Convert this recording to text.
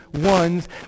ones